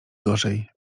gorzej